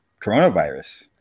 coronavirus